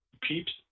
peeps